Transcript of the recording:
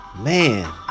Man